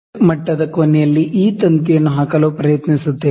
spirit ಮಟ್ಟದ ಕೊನೆಯಲ್ಲಿ ಈ ತಂತಿಯನ್ನು ಹಾಕಲು ಪ್ರಯತ್ನಿಸುತ್ತೇನೆ